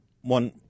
one